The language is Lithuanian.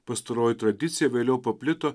pastaroji tradicija vėliau paplito